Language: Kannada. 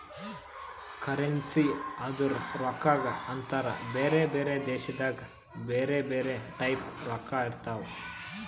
ಕರೆನ್ಸಿ ಅಂದುರ್ ರೊಕ್ಕಾಗ ಅಂತಾರ್ ಬ್ಯಾರೆ ಬ್ಯಾರೆ ದೇಶದಾಗ್ ಬ್ಯಾರೆ ಬ್ಯಾರೆ ಟೈಪ್ ರೊಕ್ಕಾ ಇರ್ತಾವ್